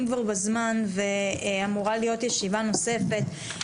כבר בזמן ואמורה להיות ישיבה נוספת.